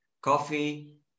Coffee